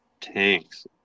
tanks